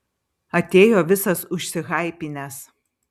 atėjo visas užsihaipinęs